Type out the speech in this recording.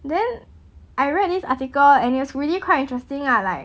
then I read this article and it's really quite interesting ah like